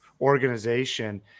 organization